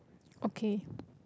okay